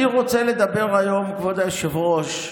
אני רוצה לדבר היום, כבוד היושב-ראש,